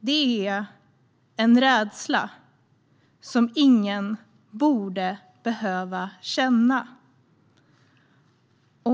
Det är en rädsla som ingen borde behöva känna.